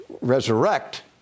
resurrect